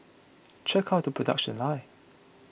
check out the production lines